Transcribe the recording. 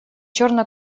черно